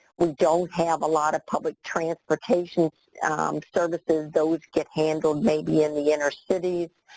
we don't have a lot of public transportation services. those get handles maybe in the inner cities.